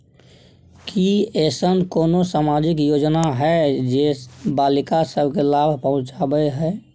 की ऐसन कोनो सामाजिक योजना हय जे बालिका सब के लाभ पहुँचाबय हय?